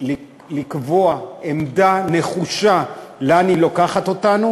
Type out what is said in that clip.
לקבוע עמדה נחושה לאן היא לוקחת אותנו.